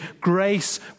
Grace